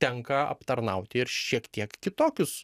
tenka aptarnauti ir šiek tiek kitokius